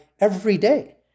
everyday